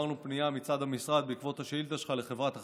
העברנו פנייה מצד המשרד לחברת החשמל.